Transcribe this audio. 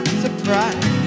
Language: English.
surprise